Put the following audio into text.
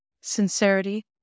sincerity